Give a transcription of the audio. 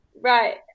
Right